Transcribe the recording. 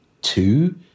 two